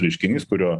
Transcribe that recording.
reiškinys kurio